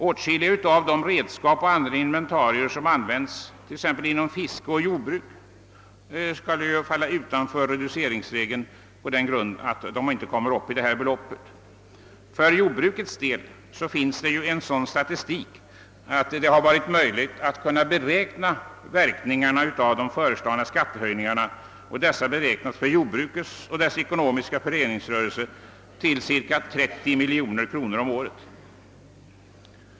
Åtskilliga av de redskap och andra inventarier som används t.ex. inom fiske och jordbruk skulle falla utanför reduceringsregeln på den grund, att de inte kommer upp till det fastställda beloppet. För jordbrukets del finns det sådan statistik, att det varit möjligt att beräkna verkningarna av de föreslagna skattehöjningarna; dessa beräknas för jordbruket och dess ekonomiska föreningsrörelse till cirka 30 miljoner kronor om året.